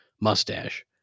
mustache